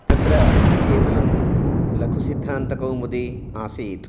तत्र केवलं लघुसिद्धान्तकौमुदी आसीत्